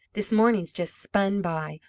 this morning's just spun by,